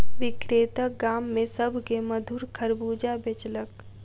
विक्रेता गाम में सभ के मधुर खरबूजा बेचलक